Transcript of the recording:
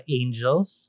angels